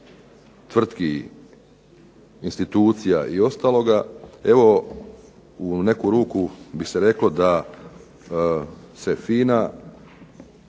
tvrtki, institucija i ostaloga. Evo u neku ruku bi se reklo da se FINA